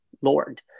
Lord